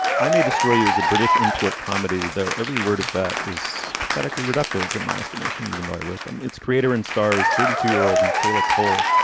i may destroy you as a british import comedy, though every word of that is pathetically reductive in my estimation, even though i wrote them. its creator and stars, thirty two year old mckayla cole.